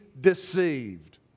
deceived